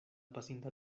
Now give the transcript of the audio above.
pasinta